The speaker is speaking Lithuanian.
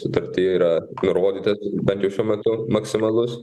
sutarty yra nurodyta bent jau šiuo metu maksimalus